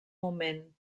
moment